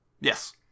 Yes